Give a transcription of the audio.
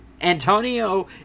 Antonio